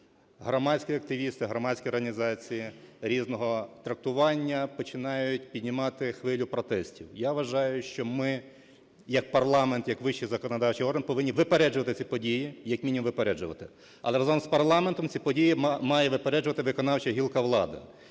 громадські активісти, громадські організації різного трактування починають піднімати хвилю протестів. Я вважаю, що ми як парламент, як вищий законодавчий орган повинні випереджувати ці події, як мінімум випереджувати. Але разом з парламентом ці події має випереджувати виконавча гілка влади.